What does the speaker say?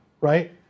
right